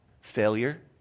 Failure